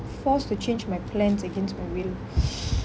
forced to change my plans against my will